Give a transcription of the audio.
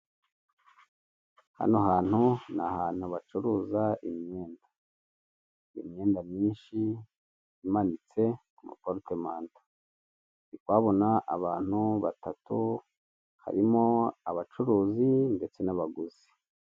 Aha hantu ni ahantu bacuruza imyenda. Imyenda myinshi imaitse, ku ma porotomanto. Ndi kuhabona abantu batatu, harimo abacuruzi ndetse n'abaguzi.